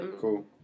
Cool